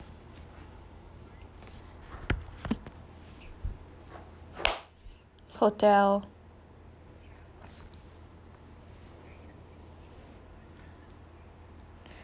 hotel